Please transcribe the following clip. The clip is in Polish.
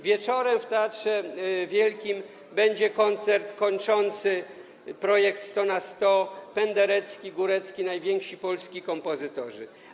Wieczorem w Teatrze Wielkim będzie koncert kończący projekt 100 na 100 - Penderecki, Górecki, najwięksi polscy kompozytorzy.